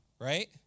Right